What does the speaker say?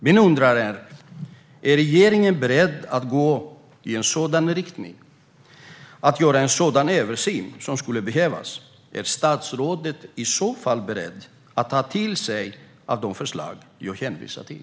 Min undran är om regeringen är beredd att gå i en sådan riktning och att göra en sådan översyn som skulle behövas. Är statsrådet i så fall beredd att ta till sig av de förslag som jag hänvisar till?